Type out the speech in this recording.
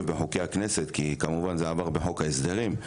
בחוקי הכנסת כי זה עבר בחוק ההסדרים,